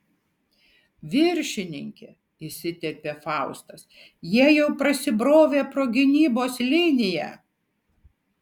viršininke įsiterpė faustas jie jau prasibrovė pro gynybos liniją